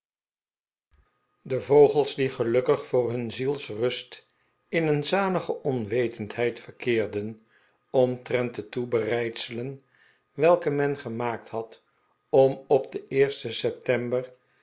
de vogels die gelukkig voor hun zielsrust in een zalige onwetendheid verkeerden omtrent de toebereidselen welke men gemaakt had om op den eersten september